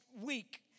week